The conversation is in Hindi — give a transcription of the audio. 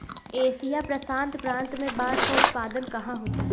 एशिया प्रशांत प्रांत में बांस का उत्पादन कहाँ होता है?